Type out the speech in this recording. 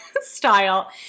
style